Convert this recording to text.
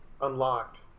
unlocked